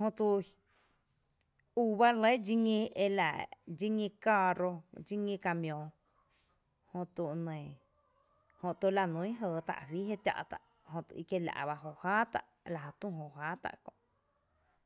jötu ubá re lé dxiñí ela dxíñí caarro dxí ñí camión jötu e nɇ jötu la nún jɇɇ fí jé tⱥ’ tá’ jö i kiela’ bá jóo jáa tá’ lajy tü jóoó jáa tá’ kö’.